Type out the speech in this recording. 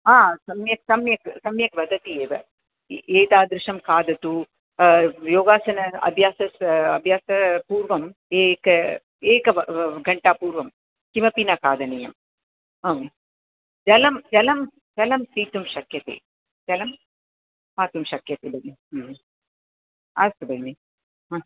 हा सम्यक् सम्यक् सम्यक् वदति एव एतादृशं खादतु योगासन अभ्यासात् अभ्यासात् पूर्वम् एक एकगण्टापूर्वं किमपि न खादनीयम् आं जलं जलं जलं पातुं शक्यते जलं पातुं शक्यते भगिनि अस्तु भगिनि